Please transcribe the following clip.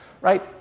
right